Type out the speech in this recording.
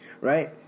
Right